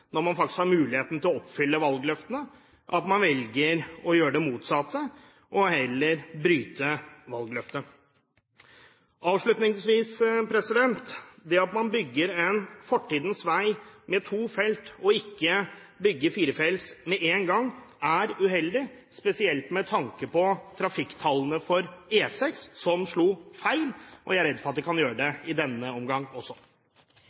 når man faktisk har muligheten til å oppfylle valgløftene – at man velger å gjøre det motsatte og heller bryte valgløftet. Avslutningsvis: Det at man bygger en fortidens vei med to felt, og ikke bygger firefelts med en gang, er uheldig, spesielt med tanke på trafikktallene for E6, som slo feil. Jeg er redd for at det kan bli feil i denne omgang også.